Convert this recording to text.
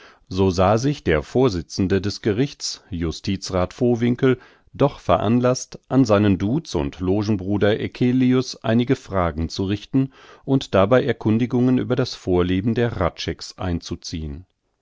so sah sich der vorsitzende des gerichts justizrath vowinkel doch veranlaßt an seinen duz und logenbruder eccelius einige fragen zu richten und dabei erkundigungen über das vorleben der hradschecks einzuziehen